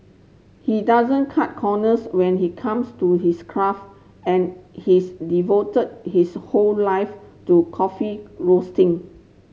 he doesn't cut corners when he comes to his craft and he's devoted his whole life to coffee roasting